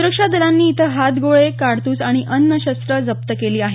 सुरक्षा दलांनी इथं हातगोळे काडतूस आणि अन्य शस्त्र जप्त केली आहेत